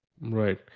Right